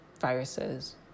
viruses